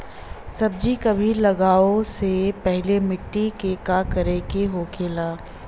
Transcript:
सब्जी कभी लगाओ से पहले मिट्टी के का करे के होखे ला?